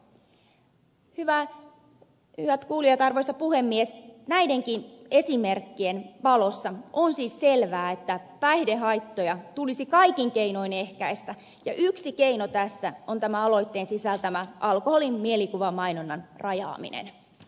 hyvät kuulijat arvoisa puhemies näidenkin esimerkkien valossa on siis selvää että päihdehaittoja tulisi kaikin keinoin ehkäistä ja yksi keino tässä on tämä aloitteen sisältämä alkoholin mielikuvamainonnan rajaaminen